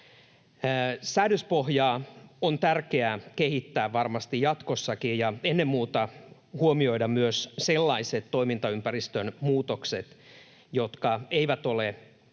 Säädöspohjaa on tärkeää kehittää varmasti jatkossakin ja ennen muuta huomioida myös sellaiset toimintaympäristön muutokset, jotka eivät ole